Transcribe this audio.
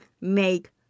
make